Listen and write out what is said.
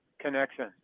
connection